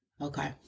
Okay